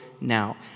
now